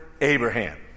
Abraham